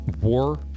war